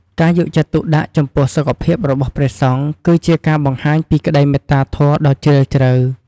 ការយកចិត្តទុកដាក់ចំពោះសុខភាពរបស់ព្រះសង្ឃ គឺជាការបង្ហាញពីក្តីមេត្តាធម៌ដ៏ជ្រាលជ្រៅ។